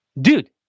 dude